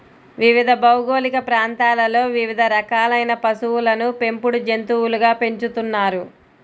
వివిధ భౌగోళిక ప్రాంతాలలో వివిధ రకాలైన పశువులను పెంపుడు జంతువులుగా పెంచుతున్నారు